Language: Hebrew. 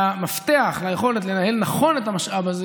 המפתח ליכולת לנהל נכון את המשאב הזה